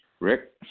Rick